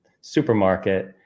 supermarket